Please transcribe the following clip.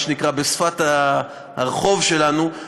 מה שנקרא בשפת הרחוב שלנו,